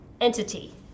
entity